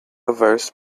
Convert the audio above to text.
averse